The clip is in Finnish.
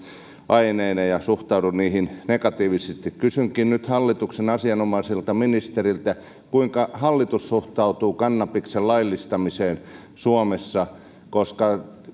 aineina ja suhtaudun niihin negatiivisesti kysynkin nyt hallituksen asianomaiselta ministeriltä kuinka hallitus suhtautuu kannabiksen laillistamiseen suomessa koska